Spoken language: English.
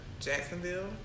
Jacksonville